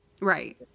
Right